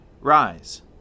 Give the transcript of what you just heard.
Rise